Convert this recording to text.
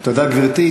תודה, גברתי.